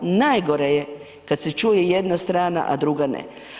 Najgore je kada se čuje jedna strana, a druga ne.